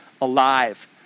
alive